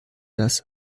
das